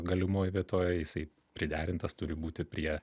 galimoj vietoj jisai priderintas turi būti prie